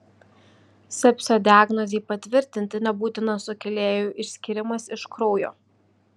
sepsio diagnozei patvirtinti nebūtinas sukėlėjų išskyrimas iš kraujo